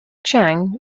chiang